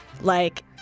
like-